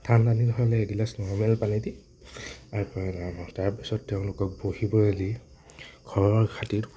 ঠাণ্ডা দিন হ'লে এগিলাচ নৰ্মেল পানী দি আপ্যায়ন আৰম্ভ তাৰপাছত তেওঁলোকক বহিবলৈ দি ঘৰৰৰ খাতি